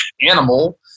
animal